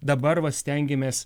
dabar va stengiamės